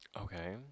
Okay